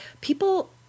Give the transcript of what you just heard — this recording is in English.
people